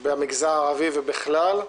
במגזר הערבי ובכלל.